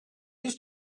used